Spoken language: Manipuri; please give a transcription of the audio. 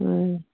ꯎꯝ